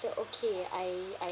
said okay I I